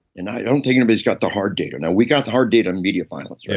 and i don't think anybody's got the hard data. now, we got the hard data on media violence,